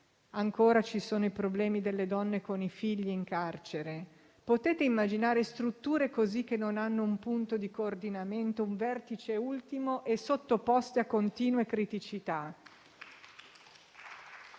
Ancora ci sono i problemi delle donne con i figli in carcere. Potete immaginare strutture così che non hanno un punto di coordinamento, un vertice ultimo e sottoposti a continue criticità?